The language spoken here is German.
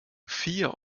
vier